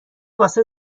واسه